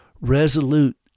resolute